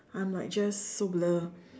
I'm like just so blur